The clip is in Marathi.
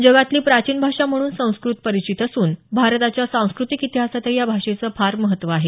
जगातली प्राचीन भाषा म्हणून संस्कृत परिचित असून भारताच्या सांस्कृतिक इतिहासातही या भाषेचं फार महत्व आहे